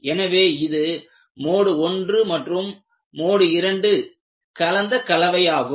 எனவே இது மோடு 1 மற்றும் மோடு 2 கலந்த கலவையாகும்